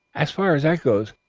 as far as that goes,